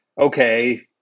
okay